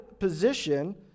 position